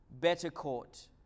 Bettercourt